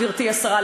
גברתי השרה,